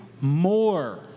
more